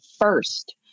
first